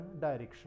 direction